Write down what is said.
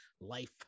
life